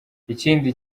ikindi